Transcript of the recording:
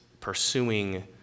pursuing